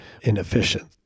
inefficient